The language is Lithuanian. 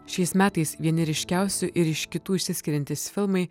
šiais metais vieni ryškiausių ir iš kitų išsiskiriantys filmai